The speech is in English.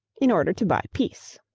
in order to buy peace.